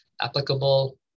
applicable